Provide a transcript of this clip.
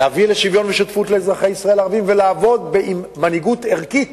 להביא לשוויון ושותפות לאזרחי ישראל הערבים ולעבוד עם מנהיגות ערכית